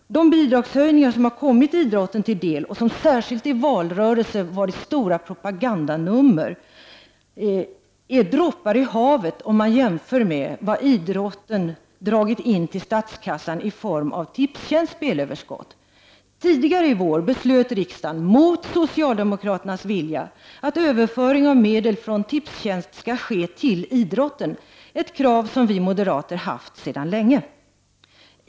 De bidragshöjningar som kommit idrotten till del och som särskilt i valrörelser utgjort stora propagandanummer har varit droppar i havet, om man jämför med vad idrotten dragit in till statskassan i form av Tipstjänsts spelöverskott. Tidigare i vår beslöt riksdagen — mot socialdemokraternas vilja — att överföringar av medel från Tipstjänst skall ske till idrotten, ett krav som vi moderater ställt länge.